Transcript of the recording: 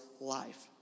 life